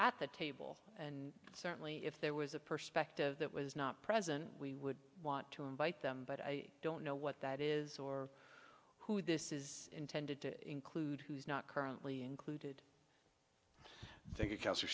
at the table and certainly if there was a perspective that was not present we would want to invite them but i don't know what that is or who this is intended to include who's not currently included think